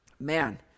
Man